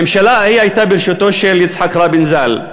הממשלה ההיא הייתה בראשותו של יצחק רבין ז"ל.